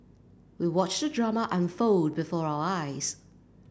we watched the drama unfold before our eyes